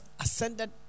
ascended